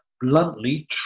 bluntly